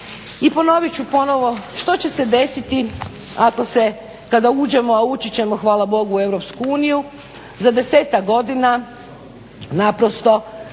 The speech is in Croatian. I ponovit ću ponovo što će se desiti ako se kada uđemo, a ući ćemo hvala Bogu u Europsku uniju, za 10-tak godina naprosto